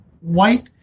white